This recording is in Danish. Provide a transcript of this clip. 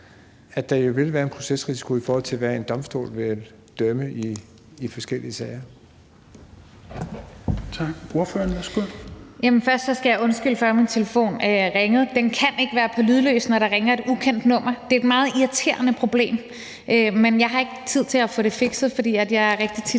at der vil være en procesrisiko, i forhold til hvad en domstol vil dømme i forskellige sager?